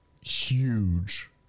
huge